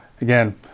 again